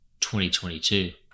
2022